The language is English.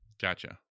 Gotcha